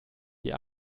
die